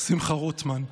שמחה רוטמן,